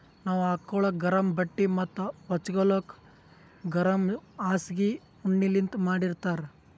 ನಾವ್ ಹಾಕೋಳಕ್ ಗರಮ್ ಬಟ್ಟಿ ಮತ್ತ್ ಹಚ್ಗೋಲಕ್ ಗರಮ್ ಹಾಸ್ಗಿ ಉಣ್ಣಿಲಿಂತ್ ಮಾಡಿರ್ತರ್